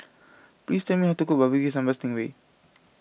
please tell me how to cook Barbecue Sambal Sting Ray